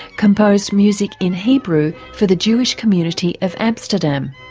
composed music in hebrew for the jewish community of amsterdam.